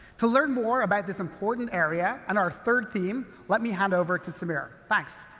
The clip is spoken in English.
to learn more about this important area, and our third theme, let me hand over to sameer. thanks.